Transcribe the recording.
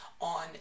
on